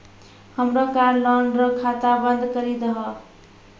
हमरो car loan रो खाता बंद करी दहो